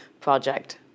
project